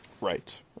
Right